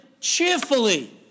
cheerfully